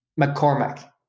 mccormack